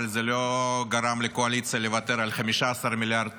אבל זה לא גרם לקואליציה לוותר על 15 מיליארד